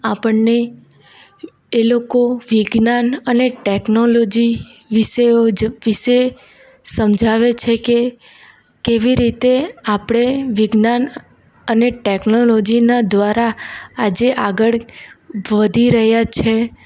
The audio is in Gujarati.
આપણને એ લોકો વિજ્ઞાન અને ટેકનોલોજી વિષયો જ વિષે સમજાવે છે કે કેવી રીતે આપણે વિજ્ઞાન અને ટેકનોલોજીના દ્વારા આજે આગળ વધી રહ્યા છે